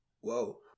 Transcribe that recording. Whoa